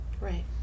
Right